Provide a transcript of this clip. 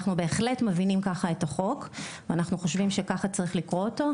אנחנו בהחלט מבינים ככה את החוק ואנחנו חושבים שככה צריך לקרוא אותו,